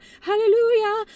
hallelujah